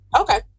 Okay